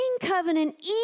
covenant